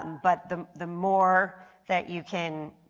but the the more that you can